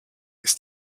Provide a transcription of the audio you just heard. ist